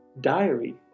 diary